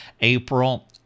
April